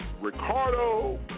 Ricardo